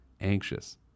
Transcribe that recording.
Anxious